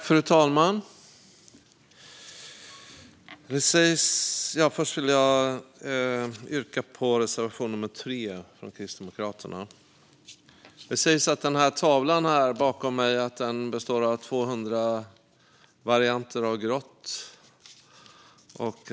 Fru talman! Jag vill börja med att yrka bifall till reservation 3 från Kristdemokraterna. Det sägs att väven på väggen bakom mig består av 200 varianter av grått.